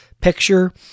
picture